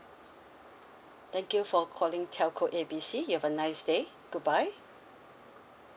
thank you for calling telco A B C you have a nice day good bye